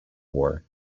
war